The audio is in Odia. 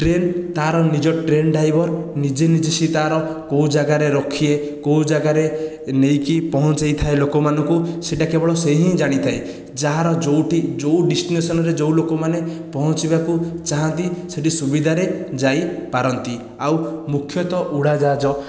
ଟ୍ରେନ ତା'ର ନିଜ ଟ୍ରେନ ଡ୍ରାଇଭର ନିଜେ ନିଜେ ସେ ତା'ର କେଉଁ ଯାଗାରେ ରଖିଏ କେଉଁ ଯାଗାରେ ନେଇକି ପହଞ୍ଚାଇଥାଏ ଲୋକମାନଙ୍କୁ ସେହିଟା କେବଳ ସେ ହିଁ ଜାଣିଥାଏ ଯାହାର ଯେଉଁଠି ଯେଉଁ ଡେଷ୍ଟିନେସନରେ ଯେଉଁ ଲୋକମାନେ ପହଞ୍ଚିବାକୁ ଚାହାନ୍ତି ସେଠି ସୁବିଧାରେ ଯାଇପାରନ୍ତି ଆଉ ମୁଖ୍ୟତଃ ଉଡ଼ାଜାହାଜ